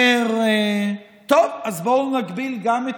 אומר: טוב, אז בואו נגביל גם את